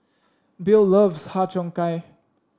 Bill loves Har Cheong Gai